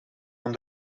van